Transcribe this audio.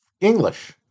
English